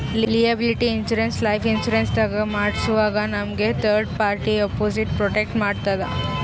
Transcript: liability insurance life insurance ದಾಗ್ ಮಾಡ್ಸೋವಾಗ್ ನಮ್ಗ್ ಥರ್ಡ್ ಪಾರ್ಟಿ ಅಪೊಸಿಟ್ ಪ್ರೊಟೆಕ್ಟ್ ಮಾಡ್ತದ್